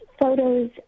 photos